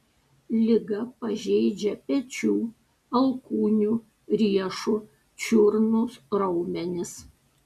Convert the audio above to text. liga pažeidžia pečių alkūnių riešų čiurnų raumenis